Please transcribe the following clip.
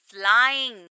flying